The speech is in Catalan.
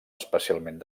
especialment